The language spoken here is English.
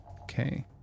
okay